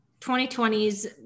2020's